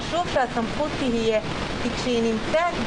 חשוב שהסמכות תהיה כי כשהיא נמצאת,